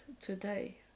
today